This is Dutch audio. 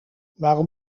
waarom